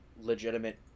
legitimate